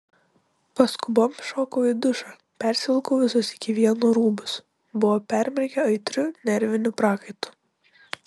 paskubom įšokau į dušą persivilkau visus iki vieno rūbus buvo permirkę aitriu nerviniu prakaitu